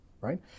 right